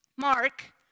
Mark